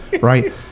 right